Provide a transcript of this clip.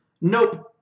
nope